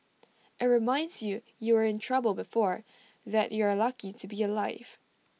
IT reminds you you were in trouble before that you're lucky to be alive